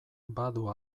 badu